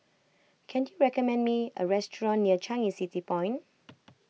can you recommend me a restaurant near Changi City Point